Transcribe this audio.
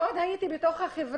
עוד כשהייתי בחברה,